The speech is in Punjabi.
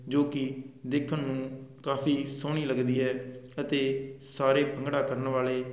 ਜੋ ਕਿ ਦੇਖਣ ਨੂੰ ਕਾਫੀ ਸੋਹਣੀ ਲੱਗਦੀ ਹੈ ਅਤੇ ਸਾਰੇ ਭੰਗੜਾ ਕਰਨ ਵਾਲੇ